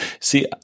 See